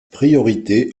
propriété